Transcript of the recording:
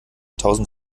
tausend